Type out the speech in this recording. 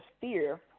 fear